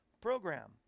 program